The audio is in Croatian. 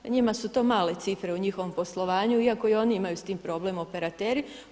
Njima su to male cifre u njihovom poslovanju, iako i oni imaju s tim problem operateri.